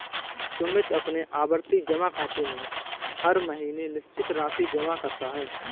सुमित अपने आवर्ती जमा खाते में हर महीने निश्चित राशि जमा करता है